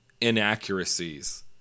inaccuracies